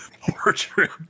Portrait